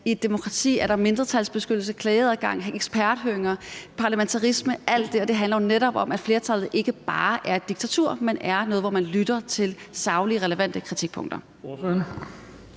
i et demokrati er der mindretalsbeskyttelse, klageadgang, eksperthøringer og parlamentarisme. Alt det handler jo netop om, at flertallet ikke bare er et diktatur, men er noget, hvor man lytter til saglige, relevante kritikpunkter.